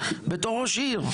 בתור ראש עיר,